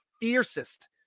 fiercest